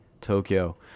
Tokyo